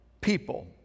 people